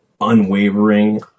unwavering